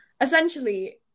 essentially